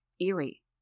Eerie